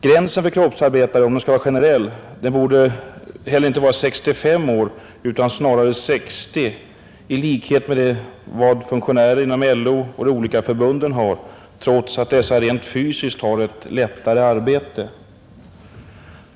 Gränsen för kroppsarbetare, om den skall vara generell, borde heller inte vara 65 år utan snarare 60, i likhet med vad funktionärer inom LO och de olika förbunden har, trots att dessa rent fysiskt har ett lättare arbete.